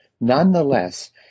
nonetheless